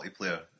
multiplayer